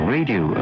Radio